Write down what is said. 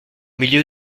milieu